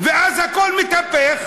ואז הכול מתהפך,